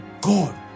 God